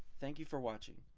thank you for watching.